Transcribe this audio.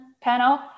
panel